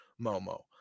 Momo